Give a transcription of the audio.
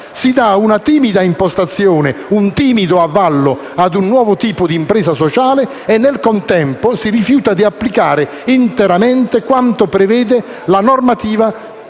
Si danno una timida impostazione e un timido avallo a un nuovo tipo di impresa sociale ma, nel contempo, ci si rifiuta di applicare interamente quanto prevede la normativa